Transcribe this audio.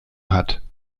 hat